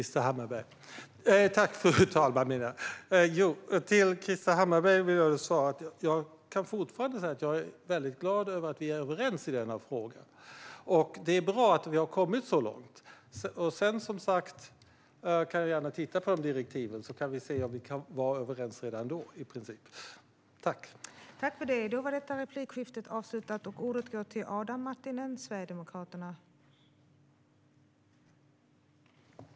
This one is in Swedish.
Fru talman! Till Krister Hammarbergh vill jag svara att jag fortfarande kan säga att jag är väldigt glad över att vi är överens i denna fråga. Det är bra att vi har kommit så långt. Jag kan gärna titta på direktiven, så kan vi se om vi redan då i princip var överens.